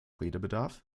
redebedarf